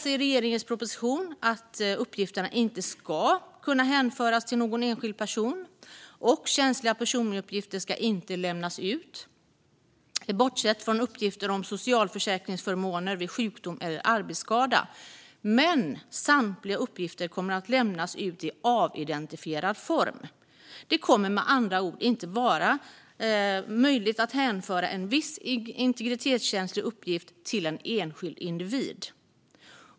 I regeringens proposition kan man läsa att uppgifterna inte ska kunna hänföras till någon enskild person och att känsliga personuppgifter inte ska lämnas ut, bortsett från uppgifter om socialförsäkringsförmåner vid sjukdom eller arbetsskada. Men samtliga uppgifter kommer att lämnas ut i avidentifierad form. Det kommer med andra ord inte att vara möjligt att hänföra en viss integritetskänslig uppgift till en enskild individ.